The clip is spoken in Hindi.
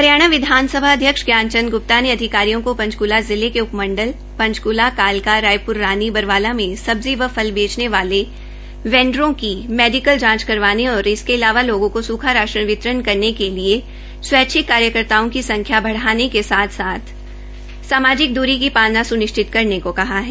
हरियाणा विधानसभा अध्यक्ष ज्ञानचंद ग्प्ता ने अधिकारियों को पंचकूला जिला के उपमण्डल पंचकूला कालका रायपुर रानी बरवाला में सब्जी व फल बेचने वाले वैण्डरों की मेडिकल जांच करवाने और अलावा लोगों को सुखा राशन वितरण करने के लिए स्वैच्छिक कार्यकर्ताओं की संख्या बढाने के साथ साथ सामाजिक दूरी की पालना सुनिश्चित करने को कहा है